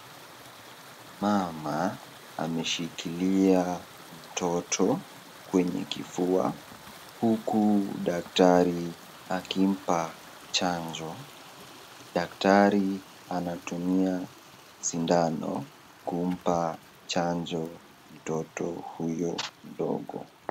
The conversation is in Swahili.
Mama ameshikilia mtoto kwenye kifua huku daktari akimpa chanjo, daktari anatumia sindano kumpa chanjo mtoto huyo mdogo.